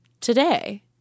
today